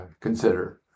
consider